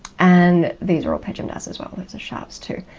and these are all pejmdas as well those are sharps too.